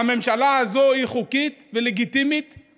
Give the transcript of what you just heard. והממשלה הזו היא חוקית ולגיטימית,